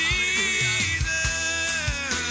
Jesus